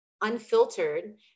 unfiltered